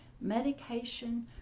medication